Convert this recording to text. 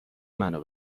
منو